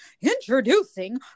introducing